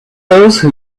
those